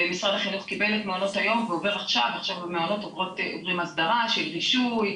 ומשרד החינוך קיבל את מעונות היום והם עוברים עכשיו הסדרה של רישוי.